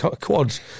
quads